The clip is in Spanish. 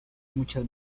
muchas